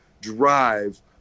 drive